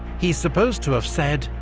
he's supposed to have said,